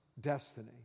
destiny